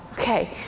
Okay